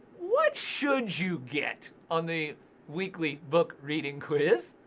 what should you get on the weekly book reading quiz?